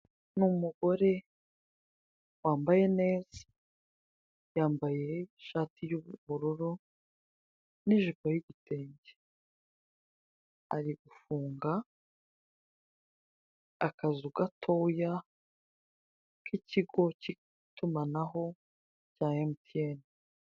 Ni umugore wambaye neza, yambaye ishati y'ubururu, n'ijipo y'igitenge. Ari gufunga akazu gatoya, k'ikigo cy'itumanaho, cya emutiyeni.